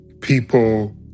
people